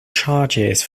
charges